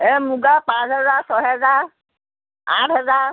এই মুগাৰ পাঁচ হেজাৰ ছহেজাৰ আঠ হেজাৰ